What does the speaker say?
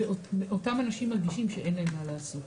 שאותם אנשים מרגישים שאין להם מה לעשות.